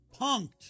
Punked